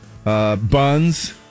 Buns